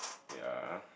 ya